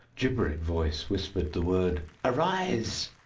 gibbering voice whispered the word arise!